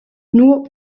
nur